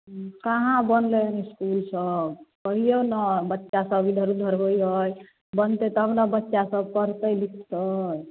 कहाँ बनलै हन इसकुल सब कहिऔ ने बच्चा सब इधर उधर होय हए बनतय तब ने बच्चा सब पढ़तै लिखतै